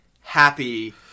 happy